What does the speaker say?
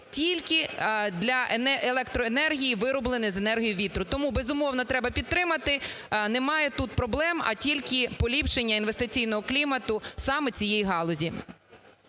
тільки для електроенергії, виробленої з енергії вітру. Тому, безумовно, треба підтримати, немає тут проблем, а тільки поліпшення інвестиційного клімату саме цієї галузі.